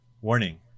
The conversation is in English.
Warning